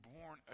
born